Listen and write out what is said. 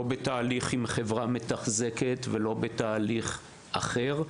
לא בתהליך עם חברה מתחזקת ולא בתהליך אחר,